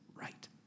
right